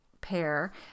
pair